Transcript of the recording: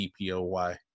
DPOY